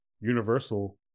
Universal